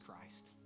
Christ